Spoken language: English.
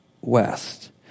west